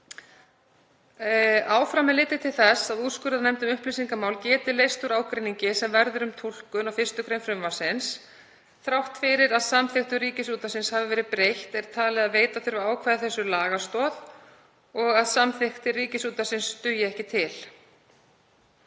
Áfram er litið til þess að úrskurðarnefnd um upplýsingamál geti leyst úr ágreiningi sem verður um túlkun á 1. gr. frumvarpsins. Þrátt fyrir að samþykktum Ríkisútvarpsins hafi verið breytt er talið að veita þurfi ákvæði þessu lagastoð og að samþykktir Ríkisútvarpsins dugi ekki til.